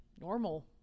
normal